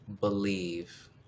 believe